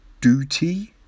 Duty